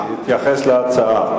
יתייחס להצעה.